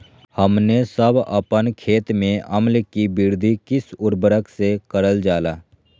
हमने सब अपन खेत में अम्ल कि वृद्धि किस उर्वरक से करलजाला?